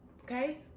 Okay